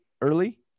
early